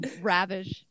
ravish